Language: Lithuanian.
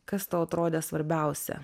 kas tau atrodė svarbiausia